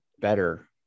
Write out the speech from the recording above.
better